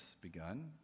begun